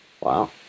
Wow